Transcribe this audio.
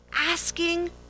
asking